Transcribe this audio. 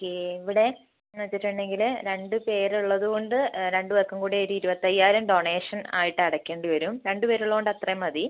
okay ഇവിടെ എന്നു വച്ചിട്ടുണ്ടെങ്കിൽ രണ്ട് പേരുള്ളതുകൊണ്ട് രണ്ട് പേർക്കും കൂടി ഒരു ഇരിപത്തയ്യായിരം ഡൊണേഷൻ ആയിട്ട് അടക്കേണ്ടിവരും രണ്ട് പേരുള്ളതുകൊണ്ട് അത്രയും മതി